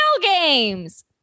Games